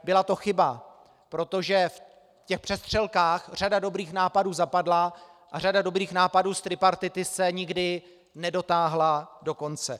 Byla to chyba, protože v těch přestřelkách řada dobrých nápadů zapadla a řada dobrých nápadů z tripartity se nikdy nedotáhla do konce.